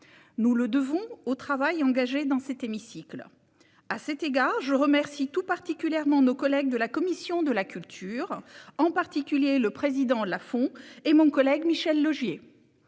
Nous le devons au travail engagé dans cet hémicycle. À cet égard, je remercie tout particulièrement les membres de la commission de la culture, en particulier le président Laurent Lafon et notre collègue Michel Laugier